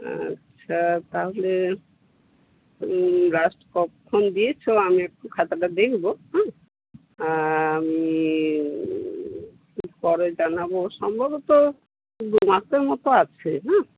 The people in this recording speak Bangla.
ও আচ্ছা তাহলে লাস্ট কখন দিয়েছো আমি একটু খাতাটা দেখবো হ্যাঁ আমি পরে জানাবো সম্ভবত দু মাসের মতো আছে হ্যাঁ